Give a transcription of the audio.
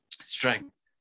strength